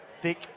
thick